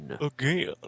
Again